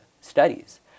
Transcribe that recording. studies